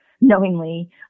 knowingly